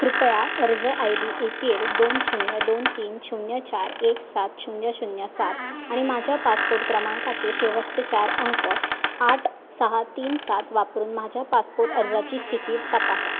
कृपया अर्ज I D A P L दोन शून्य दोन तीन शून्य चार एक सात शून्य शून्य सात आणि माझ्या पासपोर्ट क्रमांकाचे शेवटचे चार अंक आठ सहा तीन सात वापरून माझ्या पासपोर्ट अर्जाची स्थिती तपासा